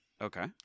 Okay